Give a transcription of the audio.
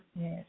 Yes